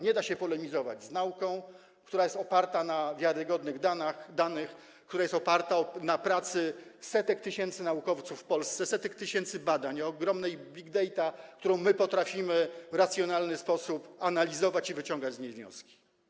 Nie da się polemizować z nauką, która jest oparta na wiarygodnych danych, która jest oparta na pracy setek tysięcy naukowców w Polsce, setek tysięcy badań, ogromnych big data, które my potrafimy w racjonalny sposób analizować i wyciągać z tego wnioski.